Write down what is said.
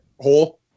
hole